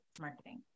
marketing